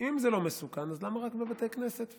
אם זה לא מסוכן, למה רק בבתי כנסת וכו'?